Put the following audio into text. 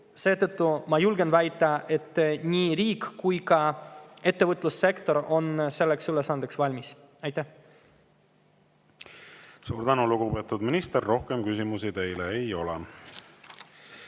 Seetõttu ma julgen väita, et nii riik kui ka ettevõtlussektor on selleks ülesandeks valmis. Suur tänu, lugupeetud minister! Rohkem küsimusi teile ei ole.